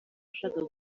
ashaka